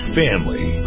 family